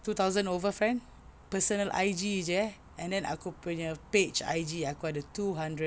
two thousand over friend personal I_G jer eh and then aku punya page I_G aku ada two hundred